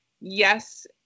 yes